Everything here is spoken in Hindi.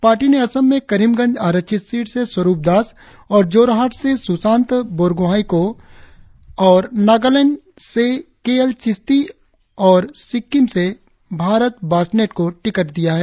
पार्टी ने असम में करीमगंज आरक्षित सीट से स्वरुप दास और जोरहाट से सुशांत बोरगोहाई को नागालैंड से के एल चिस्ती और सिक्किम से भारत बास्रेट को टिकट दिया है